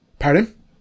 Pardon